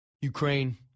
Ukraine